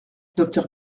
docteur